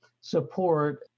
support